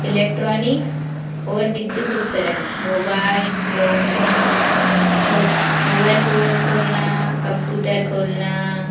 electronics और विद्दुत उपकरण mobile phone phone mobile phone खोलना कम्प्यूटर खोलना